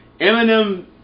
Eminem